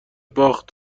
باخت